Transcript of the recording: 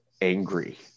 angry